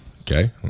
okay